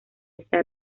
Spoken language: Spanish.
está